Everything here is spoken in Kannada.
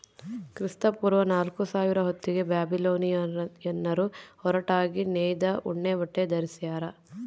ಕ್ರಿಸ್ತಪೂರ್ವ ನಾಲ್ಕುಸಾವಿರ ಹೊತ್ತಿಗೆ ಬ್ಯಾಬಿಲೋನಿಯನ್ನರು ಹೊರಟಾಗಿ ನೇಯ್ದ ಉಣ್ಣೆಬಟ್ಟೆ ಧರಿಸ್ಯಾರ